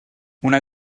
una